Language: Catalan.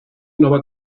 nova